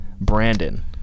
Brandon